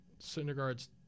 Syndergaard's